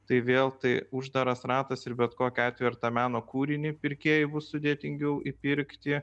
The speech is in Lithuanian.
tai vėl tai uždaras ratas ir bet kokiu atvėju meno kūrinį pirkėjui bus sudėtingiau įpirkti